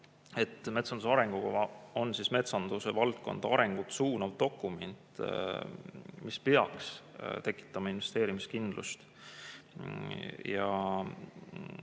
et metsanduse arengukava on metsanduse valdkonna arengut suunav dokument, mis peaks tekitama investeerimiskindlust.